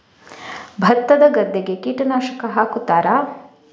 ಭತ್ತದ ಗದ್ದೆಗೆ ಕೀಟನಾಶಕ ಹಾಕುತ್ತಾರಾ?